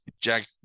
Jack